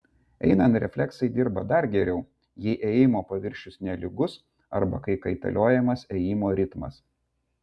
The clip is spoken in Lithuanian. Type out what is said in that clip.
einant refleksai dirba dar geriau jei ėjimo paviršius nelygus arba kai kaitaliojamas ėjimo ritmas